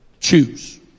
choose